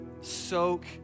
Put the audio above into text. Soak